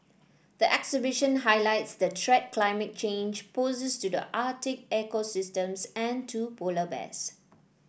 the exhibition highlights the threat climate change poses to the Arctic ecosystems and to polar bears